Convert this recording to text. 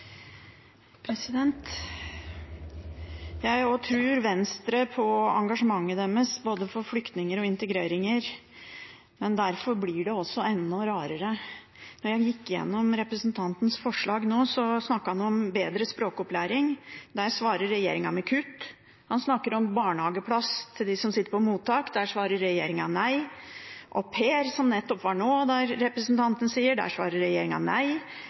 Jeg tror på Venstres engasjement, både for flyktninger og integrering, men derfor blir dette enda rarere. Da jeg nå gikk igjennom representantens forslag, snakket han om bedre språkopplæring – der svarer regjeringen med kutt. Han snakker om barnehageplass til dem som sitter på mottak – der svarer regjeringen nei. Og når det gjelder au pair-senteret, som ble tatt opp nå – svarer regjeringen nei. Lønnstilskudd til kvinner som skal ut i arbeid – nei.